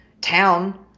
town—